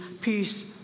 peace